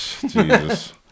Jesus